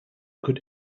could